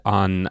on